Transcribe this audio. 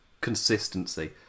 consistency